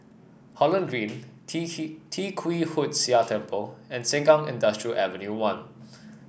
Holland Green Tee K Tee Kwee Hood Sia Temple and Sengkang Industrial Avenue One